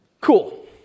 Cool